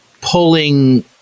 pulling